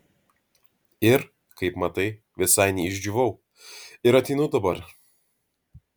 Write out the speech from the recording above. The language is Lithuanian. ir kaip matai visai neišdžiūvau ir ateinu dabar